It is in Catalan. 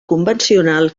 convencional